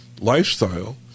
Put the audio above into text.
lifestyle